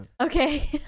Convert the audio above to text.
Okay